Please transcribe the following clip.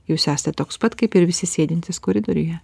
jūs esat toks pat kaip ir visi sėdintys koridoriuje